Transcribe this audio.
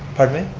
pardon me.